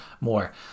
more